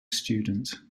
student